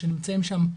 שנמצאים שם,